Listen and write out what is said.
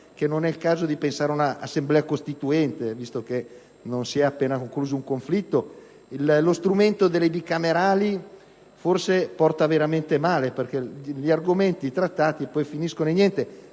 non è il caso di pensare a un'Assemblea costituente, visto che non siamo a ridosso della conclusione di un conflitto. Lo strumento delle Bicamerali forse porta davvero male, perché gli argomenti trattati poi finiscono in niente.